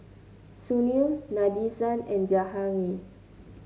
Sunil Nadesan and Jahangir